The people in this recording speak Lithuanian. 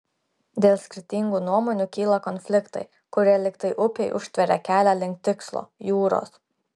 dėl skirtingų nuomonių kyla konfliktai kurie lyg tai upei užtveria kelią link tikslo jūros